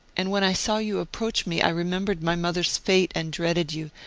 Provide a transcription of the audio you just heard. and when i saw you approach me, i remem bered my mother's fate and dreaded you,